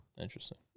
Interesting